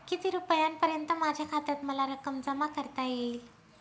किती रुपयांपर्यंत माझ्या खात्यात मला रक्कम जमा करता येईल?